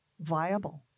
viable